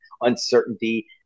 uncertainty